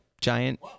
giant